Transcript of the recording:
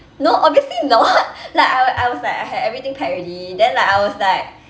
no obviously not like I I was like I had everything packed already then like I was like